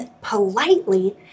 politely